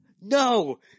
No